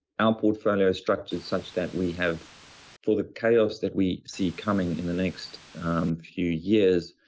our portfolio is structured such that we have for the chaos that we see coming in the next um few years,